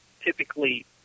typically